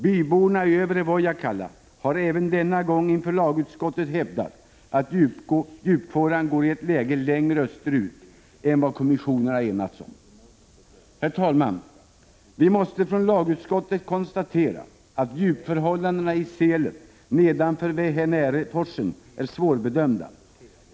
Byborna i Övre Vojakkala har även denna gång inför lagutskottet hävdat att djupfåran går i ett läge längre österut än vad kommissionerna enats om. Herr talman! Vi måste från lagutskottet konstatera att djupförhållandena i selet nedanför Vähänäräforsen är svårbedömda.